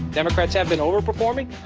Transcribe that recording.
democrats have been overperforming.